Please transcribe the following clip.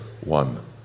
One